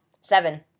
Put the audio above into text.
Seven